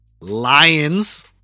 Lions